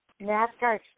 NASCAR